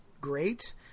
great